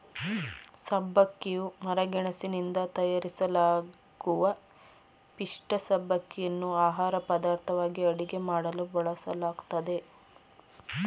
ಸಬ್ಬಕ್ಕಿಯು ಮರಗೆಣಸಿನಿಂದ ತಯಾರಿಸಲಾಗುವ ಪಿಷ್ಠ ಸಬ್ಬಕ್ಕಿಯನ್ನು ಆಹಾರಪದಾರ್ಥವಾಗಿ ಅಡುಗೆ ಮಾಡಲು ಬಳಸಲಾಗ್ತದೆ